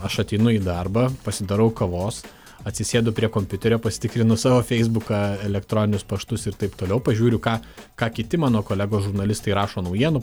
aš ateinu į darbą pasidarau kavos atsisėdu prie kompiuterio pasitikrinu savo feisbuką elektroninius paštus ir taip toliau pažiūriu ką ką kiti mano kolegos žurnalistai rašo naujienų